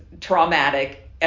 traumatic